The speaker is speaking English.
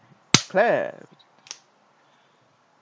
clap